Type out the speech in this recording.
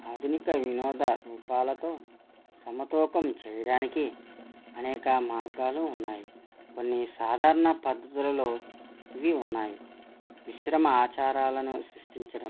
ఆధునిక వినోద రూపాలతో సమతూకం చేయడానికి అనేక మార్గాలు ఉన్నాయి కొన్ని సాధారణ పద్ధతులలో ఇవి ఉన్నాయి మిశ్రమ ఆచారాలను సృష్టించడం